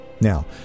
Now